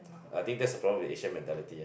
I think that's a problem of Asian mentality